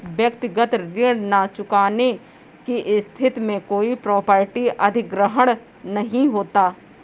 व्यक्तिगत ऋण न चुकाने की स्थिति में कोई प्रॉपर्टी अधिग्रहण नहीं होता